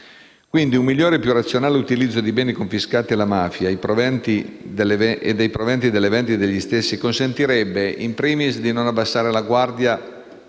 Quindi, un migliore e più razionale utilizzo dei beni confiscati alla mafia e dei proventi della vendita degli stessi consentirebbe, *in primis*, di non abbassare la guardia